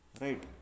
Right